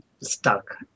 stuck